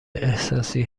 احساسی